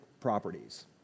properties